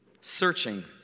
searching